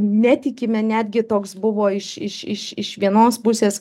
netikime netgi toks buvo iš iš iš iš vienos pusės